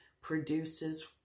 produces